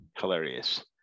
hilarious